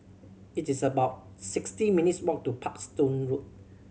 it is about sixty minutes' walk to Parkstone Road